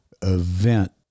event